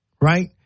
right